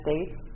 States